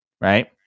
Right